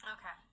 Okay